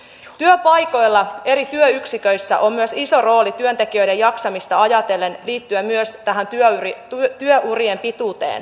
myös työpaikoilla eri työyksiköissä on iso rooli työntekijöiden jaksamista ajatellen liittyen myös tähän työurien pituuteen